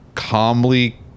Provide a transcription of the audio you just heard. calmly